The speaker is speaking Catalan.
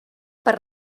per